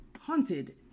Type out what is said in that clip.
Haunted